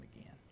again